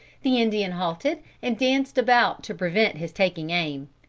the indian halted and danced about to prevent his taking aim.